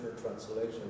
translation